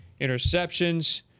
interceptions